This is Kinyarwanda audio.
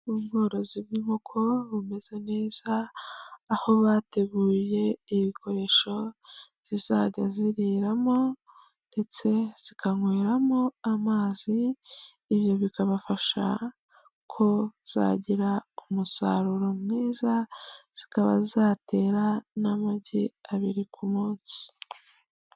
Ubworozi bw'inkoko bumeze neza aho bateguye ibikoresho zizajya ziriramo ndetse zikanyweramo amazi, ibyo bikabafasha ko zagira umusaruro mwiza, zikaba zatera n'amagi abiri ku munsi.